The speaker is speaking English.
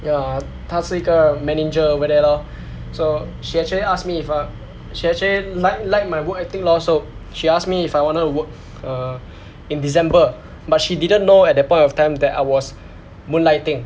ya 她是一个 manager over there lor so she actually asked me if I she actually li~ like my work ethic lor so she asked me if I wanted to work uh in december but she didn't know at that point of time that I was moonlighting